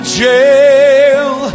jail